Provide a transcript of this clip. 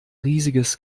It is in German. riesiges